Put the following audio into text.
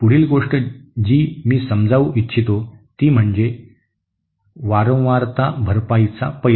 पुढील गोष्ट जी मी समजवू इच्छितो ती म्हणजे वारंवारता भरपाईचा पैलू